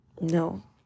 No